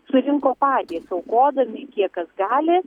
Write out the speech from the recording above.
surinko patys aukodami kiek kas gali